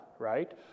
right